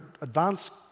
advanced